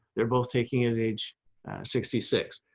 they're both taking it age sixty six.